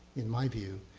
in my view,